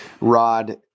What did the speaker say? rod